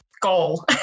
goal